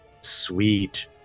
sweet